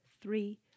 three